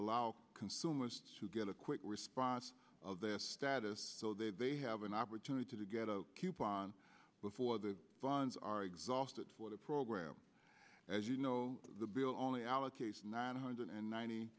allow consumers to get a quick response of their status so that they have an opportunity to get a coupon before the funds are exhausted for the program as you know the bill only allocates nine hundred ninety